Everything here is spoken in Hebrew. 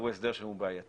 הוא הסדר בעייתי.